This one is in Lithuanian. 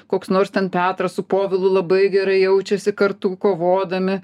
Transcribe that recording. koks nors ten petras su povilu labai gerai jaučiasi kartu kovodami